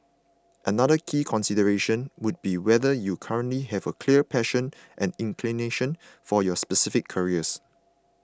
another key consideration would be whether you currently have a clear passion and inclination for your specific careers